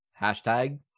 hashtag